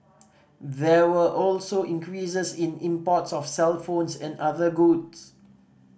there were also increases in imports of cellphones and other goods